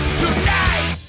tonight